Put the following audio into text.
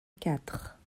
quatre